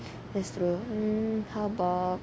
that's true mm how about